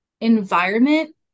environment